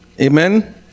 amen